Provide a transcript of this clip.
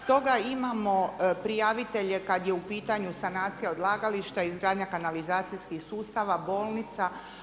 Stoga imamo prijavitelje kada je u pitanju sanacija odlagališta, izgradnja kanalizacijskih sustava, bolnica.